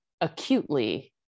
acutely